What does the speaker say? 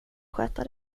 sköta